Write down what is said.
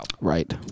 Right